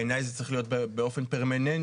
בעיניי זה צריך להיות באופן פרמננטי,